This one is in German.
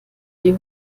die